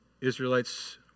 Israelites